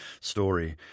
story